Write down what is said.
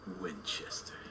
Winchester